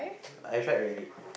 I tried already